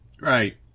Right